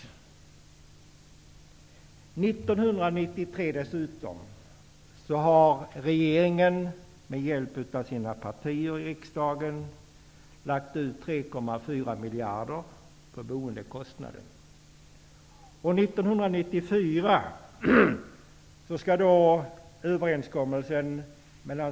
1993 har regeringen med hjälp av sina partier i riksdagen lagt ut 3,4 miljarder på boendekostnader.